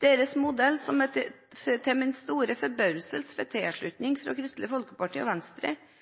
Deres modell, som til min store forbauselse får tilslutning fra Kristelig Folkeparti og Venstre,